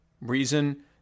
reason